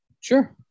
Sure